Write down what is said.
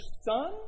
son